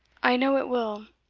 i know, it will.